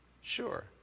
Sure